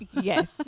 Yes